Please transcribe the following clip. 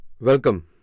Welcome